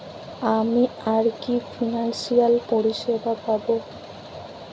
আমি আর কি কি ফিনান্সসিয়াল পরিষেবা পাব?